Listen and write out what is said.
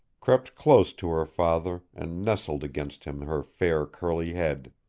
crept close to her father and nestled against him her fair curly head.